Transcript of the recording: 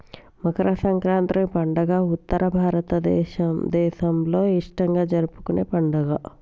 మకర సంక్రాతి పండుగ ఉత్తర భారతదేసంలో ఇష్టంగా జరుపుకునే పండుగ